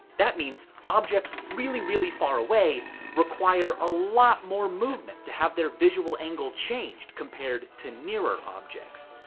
that means objects really really far away require a lot more movement to have their visual angle changed compared to nearer objects.